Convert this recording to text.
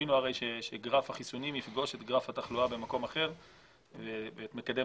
קיווינו שגרף החיסונים יפגוש את גרף התחלואה ואת מקדם